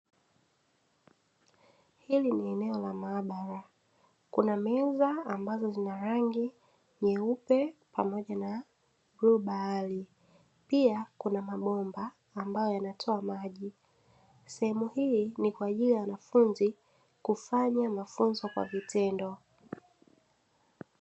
Hili ni eneo la maabara. Kuna meza ambazo zina rangi nyeupe pamoja na bluu bahari. Pia kuna mabomba ambayo yanatoa maji. Sehemu hii ni kwa ajili ya wanafunzi kufanya mafunzo kwa vitendo.